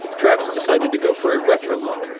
travis decided to go for a retro look,